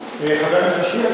חברת הכנסת נחמיאס,